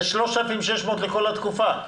זה 3,600 לכל התקופה.